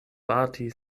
bati